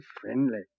friendly